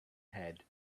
head